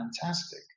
fantastic